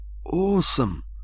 Awesome